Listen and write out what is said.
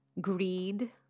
greed